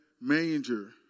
manger